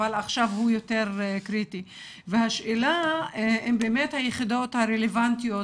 אבל עכשיו הוא יותר קריטי והשאלה אם באמת היחידות הרלוונטיות